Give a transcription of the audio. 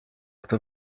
kto